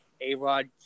A-Rod